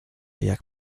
jak